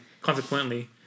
consequently